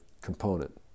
component